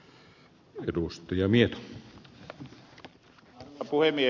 arvoisa puhemies